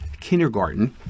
kindergarten